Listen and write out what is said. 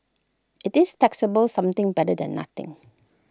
IT is taxable something better than nothing